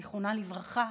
זיכרונם לברכה,